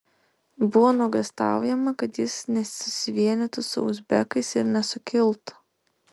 buvo nuogąstaujama kad jis nesusivienytų su uzbekais ir nesukiltų